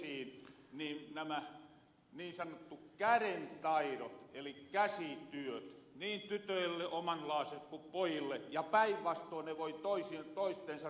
uotila otti esiin nämä niin sanotut kärentaidot eli käsityöt niin tytöille omanlaaset ku pojille ja päinvastoin ne voi toistensa nyt ku tasa arvoa eletään